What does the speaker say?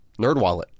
NerdWallet